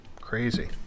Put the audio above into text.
Crazy